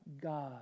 God